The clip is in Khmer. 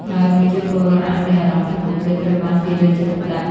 ហើយប្រជាពលរដ្ឋមានអារម្មណ៍ថាពួកគេត្រូវបានគេយកចិត្តទុកដាក់។